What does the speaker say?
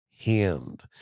hand